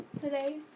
today